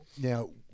Now